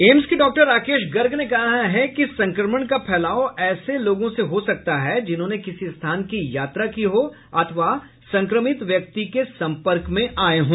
AIIMS के doctor Rakesh Garg ने कहा कि संक्रमण का फैलाव ऐसे लोगों से हो सकता है जिन्होंने किसी स्थान की यात्रा की हो अथवा संक्रमित व्यक्ति के सम्पर्क में आए हों